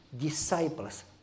disciples